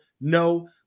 No